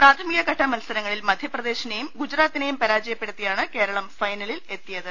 പ്രാഥമിക ഘട്ട മത്സരങ്ങ ളിൽ മധ്യപ്രദേശിനെയും ഗുജറാത്തിനെയും പരാജയപ്പെടുത്തി യാണ് കേരളം ഫൈനലിൽ എത്തിയത്